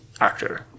actor